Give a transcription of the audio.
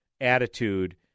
attitude